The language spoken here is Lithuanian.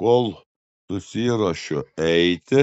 kol susiruošiu eiti